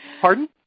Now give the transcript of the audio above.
Pardon